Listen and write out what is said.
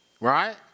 Right